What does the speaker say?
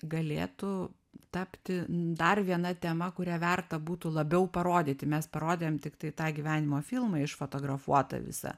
galėtų tapti dar viena tema kurią verta būtų labiau parodyti mes parodėm tiktai tą gyvenimo filmą išfotografuotą visą